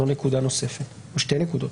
זו נקודה נוספת שעלתה.